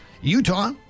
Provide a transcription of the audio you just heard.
Utah